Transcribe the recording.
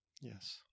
Yes